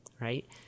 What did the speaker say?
right